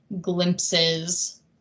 glimpses